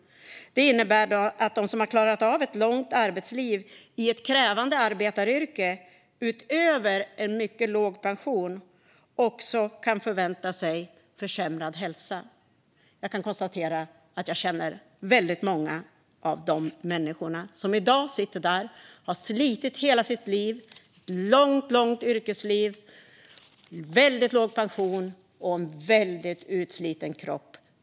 Det innebär att de som har klarat av ett långt arbetsliv i ett krävande arbetaryrke kan förvänta sig en försämrad hälsa, utöver en mycket låg pension. Jag kan konstatera att jag känner väldigt många av de människorna. De har slitit i hela sitt liv - ett långt, långt yrkesliv. De har en väldigt låg pension och en väldigt utsliten kropp.